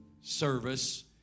service